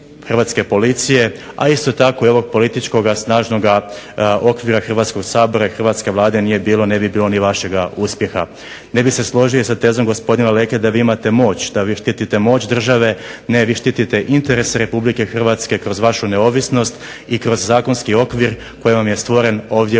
Hrvatske policije, a isto tako ovog političkog snažnog okvira Hrvatskog sabora i hrvatske Vlade nije bilo ne bi bilo ni vašega uspjeha. Ne bih se složio sa tezom gospodina Leke da vi imate moć, da vi štite moć države. Ne, vi štite interes RH kroz vašu neovisnost i kroz zakonski okvir koji vam je stvoren ovdje u